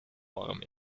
warm